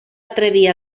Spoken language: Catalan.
atrevir